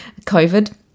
COVID